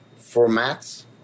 formats